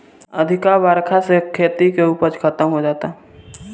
अधिका बरखा से खेती के उपज खतम हो जाता